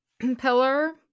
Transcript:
pillar